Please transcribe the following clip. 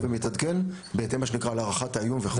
ומתעדכן בהתאם למה שנקרא הערכת האיום וכולי.